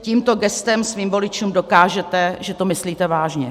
Tímto gestem svým voličům dokážete, že to myslíte vážně.